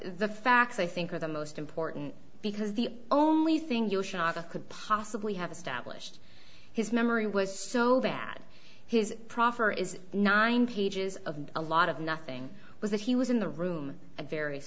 the facts i think are the most important because the only thing you shot of could possibly have established his memory was so bad his proffer is nine pages of a lot of nothing was that he was in the room at various